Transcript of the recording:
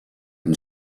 and